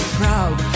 proud